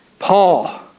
Paul